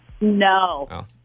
No